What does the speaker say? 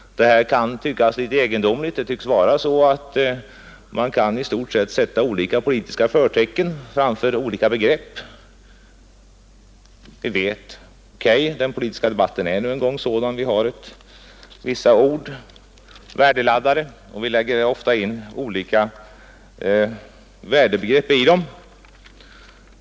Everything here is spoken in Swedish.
Detta kan verka litet egendomligt. Det tycks vara så att man i stort sett kan sätta olika politiska förtecken framför olika begrepp. Den politiska debatten är nu en gång sådan. Vi har vissa ord som är värdeladdade där, och vi lägger ofta in olika begrepp i dem.